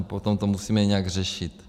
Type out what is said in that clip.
Potom to musíme nějak řešit.